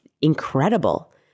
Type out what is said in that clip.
incredible